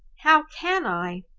how can i?